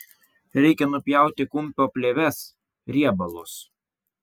reikia nupjauti kumpio plėves riebalus